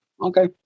Okay